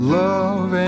love